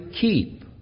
keep